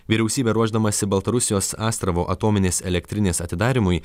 vyriausybė ruošdamasi baltarusijos astravo atominės elektrinės atidarymui